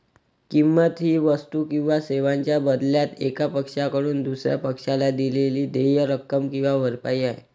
किंमत ही वस्तू किंवा सेवांच्या बदल्यात एका पक्षाकडून दुसर्या पक्षाला दिलेली देय रक्कम किंवा भरपाई आहे